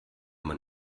man